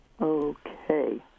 Okay